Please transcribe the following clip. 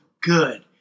good